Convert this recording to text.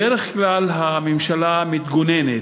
בדרך כלל הממשלה מתגוננת,